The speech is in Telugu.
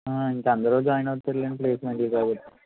ఆ ఇంకా అందరూ జాయిన్ అవుతారు లెండి ప్లేసెమెంట్లు కాబట్టి